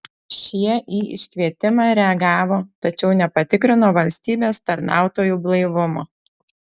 šie į iškvietimą reagavo tačiau nepatikrino valstybės tarnautojų blaivumo